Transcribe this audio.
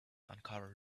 uncovered